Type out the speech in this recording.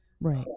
Right